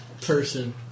person